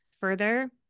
further